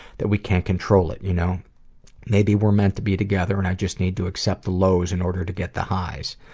that we can't control it. you know maybe maybe were meant to be together, and i just need to accept the lows in order to get the highs.